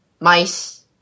mice